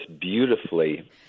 beautifully